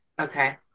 Okay